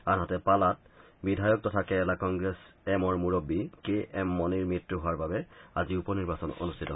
আনহাতে পালাত বিধায়ক তথা কেৰালা কংগ্ৰেছ এমৰ মূৰববী কে এম মনিৰ মৃত্যু হোৱাৰ বাবে আজি উপনিৰ্বাচন অনুষ্ঠিত হৈছে